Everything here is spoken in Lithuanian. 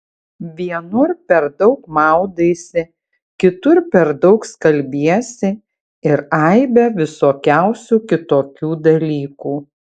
vienur per daug maudaisi kitur per daug skalbiesi ir aibę visokiausių kitokių dalykų